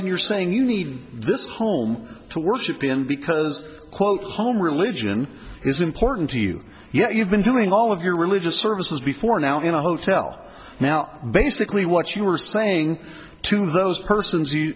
and you're saying you need this home to worship in because quote home religion is important to you yet you've been doing all of your religious services before now in a hotel now basically what you were saying to those persons